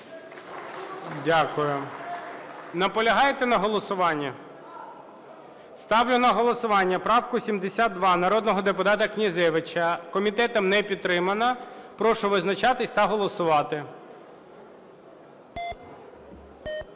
Дякую. Наполягаєте на голосуванні? Ставлю на голосування правку 72 народного депутата Князевича. Комітетом не підтримана. Прошу визначатись та голосувати.